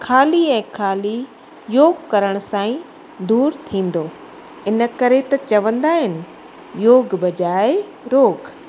खाली ऐं खाली योग करण सां ई दूरि थींदो इन करे त चवंदा आहिनि योग भॼाए रोग